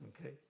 Okay